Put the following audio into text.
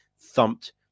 thumped